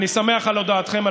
ואני שמח על הודעתכם,